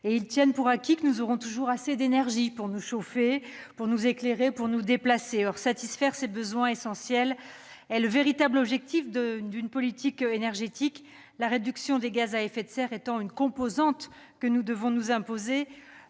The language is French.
Ils tiennent pour acquis le fait que nous aurons toujours assez d'énergie pour nous chauffer, nous éclairer et nous déplacer. Or satisfaire ces besoins essentiels est le véritable objet de la politique énergétique, la réduction des gaz à effet de serre étant une composante que nous devons nous imposer,